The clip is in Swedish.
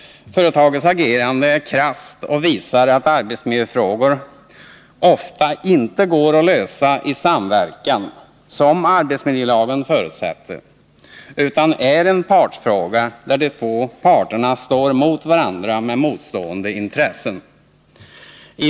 Företagets agerande är krasst och visar att arbetsmiljöfrågor ofta inte går att lösa i samverkan, som arbetsmiljölagen förutsätter, utan är en partsfråga där de två parterna står emot varandra med motstående intressen.